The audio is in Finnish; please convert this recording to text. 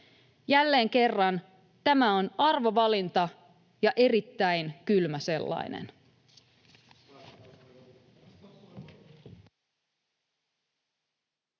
Jälleen kerran tämä on arvovalinta ja erittäin kylmä sellainen.